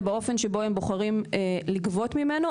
ובאופן שבו הם בוחרים לגבות ממנו.